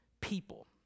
people